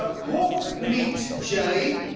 ah pork meat jelly.